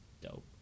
dope